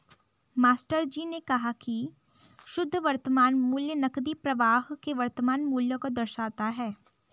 मास्टरजी ने कहा की शुद्ध वर्तमान मूल्य नकदी प्रवाह के वर्तमान मूल्य को दर्शाता है